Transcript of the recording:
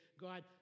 God